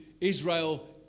Israel